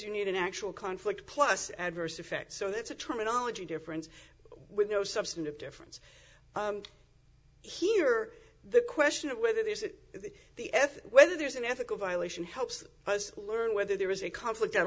you need an actual conflict plus adverse effect so that's a terminology difference with no substantive difference here the question of whether this is the ethic whether there's an ethical violation helps us learn whether there is a conflict at